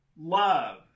love